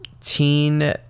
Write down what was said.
teen